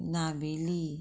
Navelim